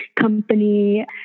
company